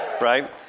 Right